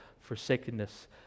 forsakenness